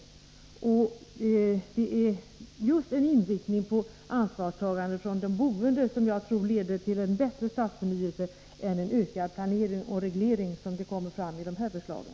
Det är just en inriktning på ansvarstagande från de boende som jag tror leder till en bättre stadsförnyelse än en ökad planering och reglering, på det sätt som regeringen förordar i de här förslagen.